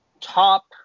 top